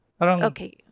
Okay